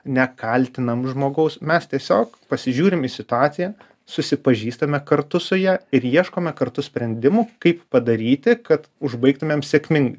nekaltinam žmogaus mes tiesiog pasižiūrim į situaciją susipažįstame kartu su ja ir ieškome kartu sprendimų kaip padaryti kad užbaigtumėm sėkmingai